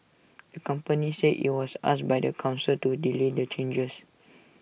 the company said IT was asked by the Council to delay the changes